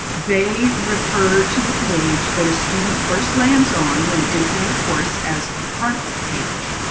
they refer to the page that a student first lands on when entering a course as the front page.